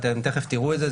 ואתם תיכף תראו את זה,